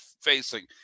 facing